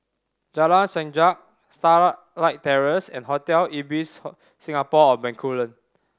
Jalan Sajak Starlight Terrace and Hotel Ibis Singapore On Bencoolen